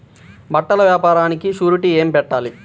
బట్టల వ్యాపారానికి షూరిటీ ఏమి పెట్టాలి?